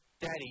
Daddy